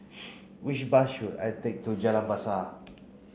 which bus should I take to Jalan Besar